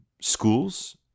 schools